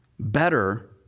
better